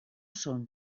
són